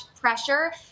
pressure